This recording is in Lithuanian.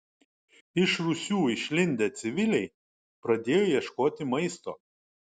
iš rūsių išlindę civiliai pradėjo ieškoti maisto